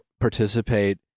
participate